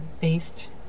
based